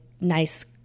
nice